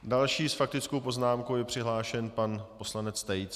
Další s faktickou poznámkou je přihlášen pan poslanec Tejc.